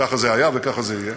ככה זה היה וככה זה יהיה.